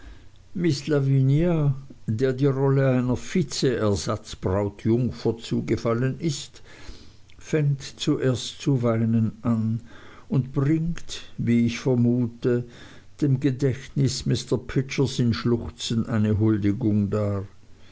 miß lavinia der die rolle einer vizeersatzbrautjungfer zugefallen ist fängt zuerst zu weinen an und bringt wie ich vermute dem gedächtnis mr pidgers in schluchzen eine huldigung dar